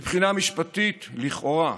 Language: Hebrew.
מבחינה משפטית, לכאורה,